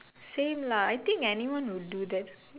same lah I think anyone would do that